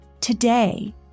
today